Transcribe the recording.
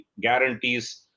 guarantees